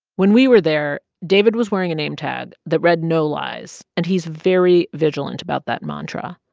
when we were there, david was wearing a nametag that read, no lies. and he's very vigilant about that mantra.